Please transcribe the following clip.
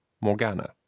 morgana